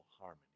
harmony